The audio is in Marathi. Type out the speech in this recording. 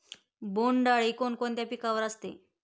बोंडअळी कोणकोणत्या पिकावर असते?